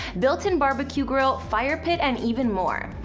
built in barbeque grill, fire pit, and even more.